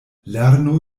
lernu